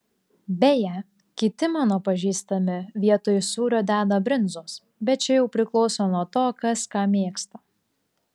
beje kiti mano pažįstami vietoj sūrio deda brinzos bet čia jau priklauso nuo to kas ką mėgsta